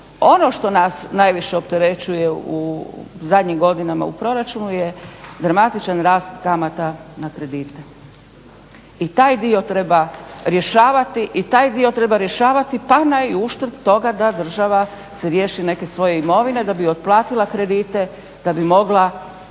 Ono što nas najviše opterećuje u zadnjim godinama u proračunu je dramatičan rast kamata na kredite. I taj dio treba rješavati. I taj dio treba rješavati pa i na uštrb toga da država se riješi neke svoje imovine da bi otplatila kredite da bi mogla,